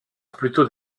plutôt